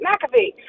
McAfee